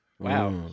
Wow